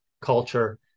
culture